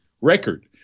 record